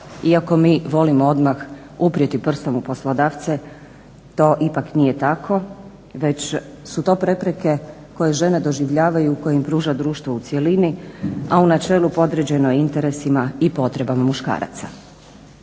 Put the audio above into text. Iako mi volimo odmah uprijeti prstom u poslodavce, to ipak nije tako, već su to prepreke koje žene doživljavaju, koje im pruža društvo u cjelini, a u načelu podređeno je interesima i potrebama muškaraca.